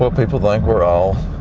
so people think we're all